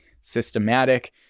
systematic